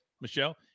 Michelle